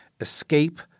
Escape